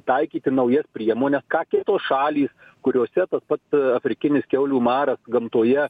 taikyti naujas priemones ką kitos šalys kuriose tas pats afrikinis kiaulių maras gamtoje